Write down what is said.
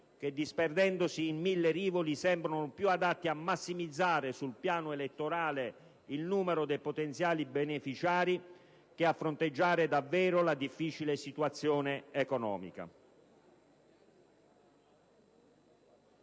che, disperdendosi in mille rivoli, sembrano più adatti a massimizzare, sul piano elettorale, il numero dei potenziali beneficiari che a fronteggiare davvero la difficile situazione economica.